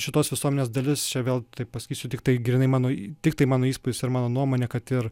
šitos visuomenės dalis čia vėl taip pasakysiu tiktai grynai mano tiktai mano įspūdis ir mano nuomonė kad ir